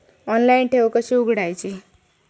Online ठेव कशी उघडायची?